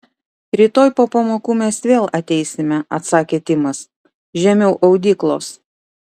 rytoj po pamokų mes vėl ateisime atsakė timas žemiau audyklos